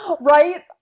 Right